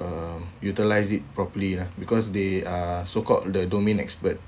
uh utilise it properly lah because they are so called the domain expert